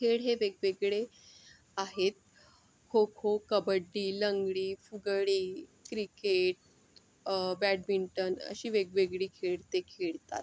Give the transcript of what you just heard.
खेळ हे वेगवेगळे आहेत खो खो कबड्डी लंगडी फुगडी क्रिकेट बॅडमिंटन अशी वेगवेगळी खेळ ते खेळतात